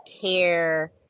care